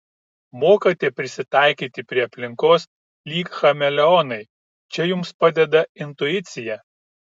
mokate prisitaikyti prie aplinkos lyg chameleonai čia jums padeda intuicija